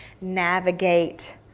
navigate